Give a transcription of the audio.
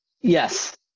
Yes